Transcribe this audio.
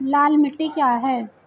लाल मिट्टी क्या है?